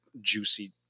juicy